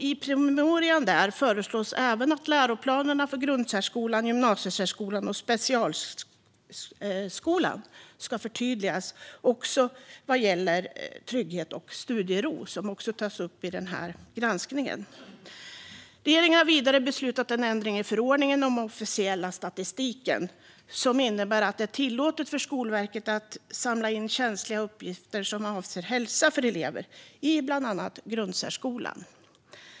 I promemorian föreslås även att läroplanerna för grundsärskolan, gymnasiesärskolan och specialskolan ska förtydligas vad gäller trygghet och studiero, vilket också tas upp i den här granskningen. Regeringen har vidare beslutat om en ändring i förordningen om den officiella statistiken som innebär att det är tillåtet för Skolverket att samla in känsliga uppgifter som avser hälsa för elever i bland annat grundsärskolan.